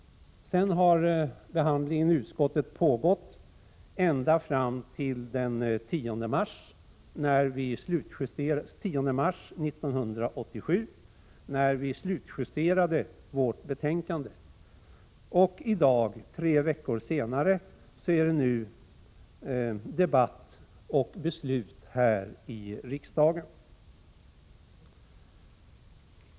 Sedan pågick behandlingen i utskottet ända fram till den 10 mars 1987, då vi slutjusterade vårt betänkande. I dag, tre veckor senare, förs det debatt och fattas beslut här i kammaren.